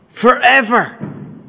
forever